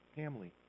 family